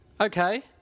Okay